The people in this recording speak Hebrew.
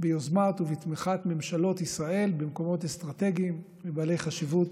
ביוזמת ובתמיכת ממשלות ישראל במקומות אסטרטגיים ובעלי חשיבות